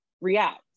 react